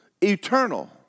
eternal